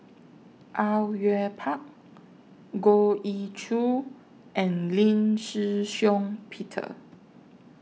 Au Yue Pak Goh Ee Choo and Lee Shih Shiong Peter